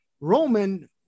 Roman